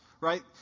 right